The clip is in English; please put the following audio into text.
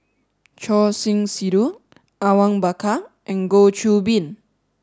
Choor Singh Sidhu Awang Bakar and Goh Qiu Bin